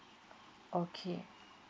okay